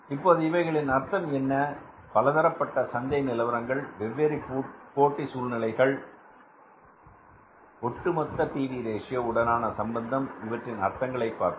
இப்போது இவைகளின் அர்த்தம் என்ன பலதரப்பட்ட சந்தை நிலவரங்கள் வெவ்வேறு போட்டி சூழ்நிலைகள் ஒட்டுமொத்த பி வி ரேஷியோ உடனான சம்பந்தம் இவற்றின் அர்த்தங்களை பார்த்தோம்